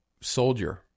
soldier